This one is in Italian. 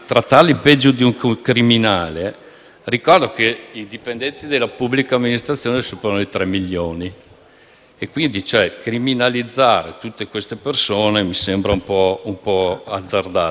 Anzi, potevate prevedere che ogni mattina i dipendenti della pubblica amministrazione dovessero subire lo stesso protocollo di un pregiudicato quando entra in carcere. Attenzione, non vogliamo difendere i furbetti;